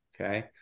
okay